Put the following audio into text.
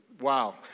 wow